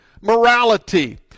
morality